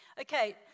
Okay